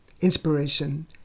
inspiration